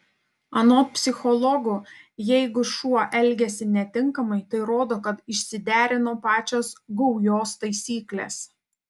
anot psichologų jeigu šuo elgiasi netinkamai tai rodo kad išsiderino pačios gaujos taisyklės